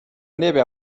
列表